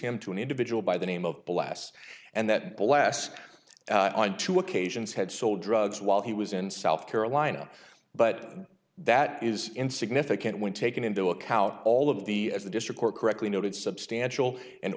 him to an individual by the name of the last and that blessed on two occasions had sold drugs while he was in south carolina but that is insignificant when taken into account all of the as the district court correctly noted substantial and